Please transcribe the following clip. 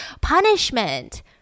punishment